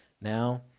now